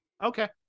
Okay